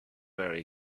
very